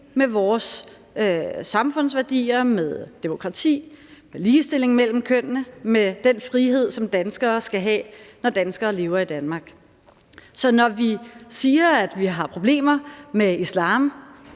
med vores samfundsværdier, med demokrati, med ligestilling mellem kønnene og med den frihed, som danskere skal have, når danskere lever i Danmark. Så når vi siger, at vi har problemer med islam,